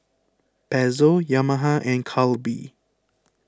Pezzo Yamaha and Calbee